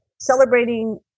celebrating